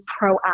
proactive